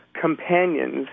companions